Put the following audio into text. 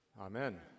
Amen